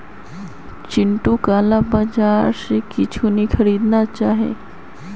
चिंटूक काला बाजार स कुछू नी खरीदना चाहिए